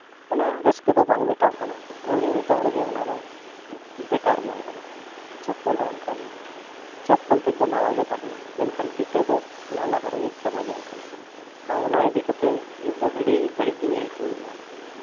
ᱚᱱᱟ ᱨᱟᱹᱥᱠᱟᱹ ᱫᱚ ᱵᱟᱝ ᱢᱮᱴᱟᱜ ᱠᱟᱱᱟ ᱟᱫᱚ ᱟᱹᱣᱨᱤ ᱢᱮᱴᱟᱜ ᱨᱮᱜᱮ ᱚᱱᱟᱫᱚ ᱵᱮᱠᱟᱨ ᱡᱚᱝ ᱠᱟᱱᱟ ᱪᱚᱯᱯᱚᱞ ᱦᱚᱸ ᱚᱱᱠᱟ ᱜᱮ ᱪᱚᱯᱯᱚᱞ ᱛᱮᱫ ᱫᱚ ᱱᱟᱣᱟᱜᱮ ᱛᱟᱦᱮᱱ ᱠᱟᱱᱟ ᱢᱮᱱᱠᱷᱟᱱ ᱯᱷᱤᱛᱟᱹ ᱫᱚ ᱚᱱᱟ ᱞᱟᱦᱟ ᱨᱮᱜᱮ ᱪᱟᱵᱟ ᱡᱚᱝ ᱠᱟᱱᱟ ᱟᱨ ᱚᱱᱟ ᱤᱫᱤ ᱠᱟᱛᱮᱫ ᱤᱧᱫᱚ ᱟᱹᱰᱤ ᱵᱟᱹᱲᱤᱡ ᱤᱧ ᱟᱹᱭᱠᱟᱹᱣᱮᱫᱟ